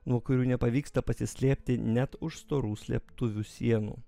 nuo kurių nepavyksta pasislėpti net už storų slėptuvių sienų